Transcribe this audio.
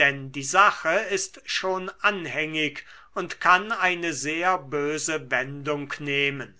denn die sache ist schon anhängig und kann eine sehr böse wendung nehmen